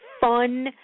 fun